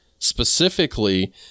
Specifically